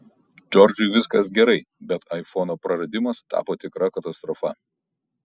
džordžui viskas gerai bet aifono praradimas tapo tikra katastrofa